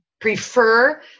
prefer